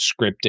scripting